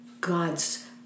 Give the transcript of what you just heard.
God's